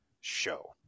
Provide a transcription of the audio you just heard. show